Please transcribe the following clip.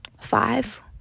five